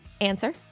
Answer